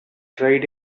tried